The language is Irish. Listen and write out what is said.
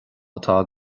atá